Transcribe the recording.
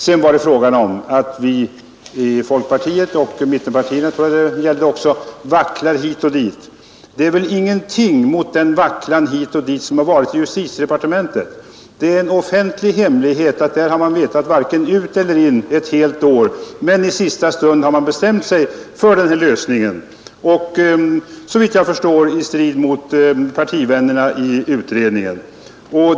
Vidare talades det om att vi i folkpartiet och i mittenpartierna har vacklat hit och dit. Det är väl ingenting mot den vacklan hit och dit som förekommit i justitiedepartementet. Det är en offentlig hemlighet att där har man vetat varken ut eller in under ett helt år, men i sista stund har man bestämt sig för denna lösning — såvitt jag förstår i strid mot partivännerna i utredningen.